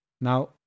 Now